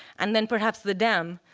and then perhaps the dam,